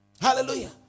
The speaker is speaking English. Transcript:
Hallelujah